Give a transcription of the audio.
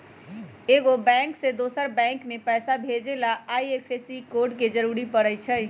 एगो बैंक से दोसर बैंक मे पैसा भेजे ला आई.एफ.एस.सी कोड जरूरी परई छई